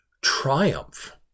triumph